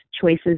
choices